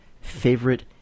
favorite